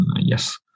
Yes